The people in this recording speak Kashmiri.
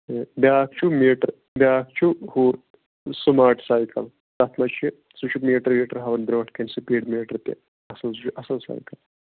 تہٕ بیاکھ چھُ میٖٹر بیاکھ چھُ ہُہ سٔماٹ سایکَل تَتھ منٛز چھِ سُہ چھُ میٖٹر ویٖٹر ہاوان برونٹھ کَنۍ سِپیٖڈَ میٖٹر تہِ اَصٕل سُہ چھُ اَصٕل سایکل